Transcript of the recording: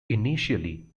initially